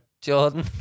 Jordan